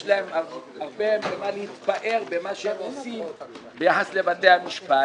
יש להם הרבה במה להתפאר במה שהם עושים ביחס לבתי המשפט,